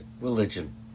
religion